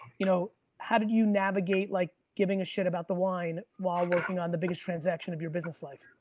you know how did you navigate like giving a shit about the wine while working on the biggest transaction of your business life?